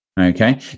Okay